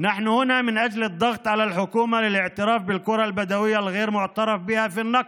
אנחנו פה כדי ללחוץ על הממשלה להכיר בכפרים הבדואיים הלא-מוכרים בנגב,